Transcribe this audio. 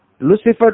Lucifer